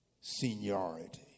seniority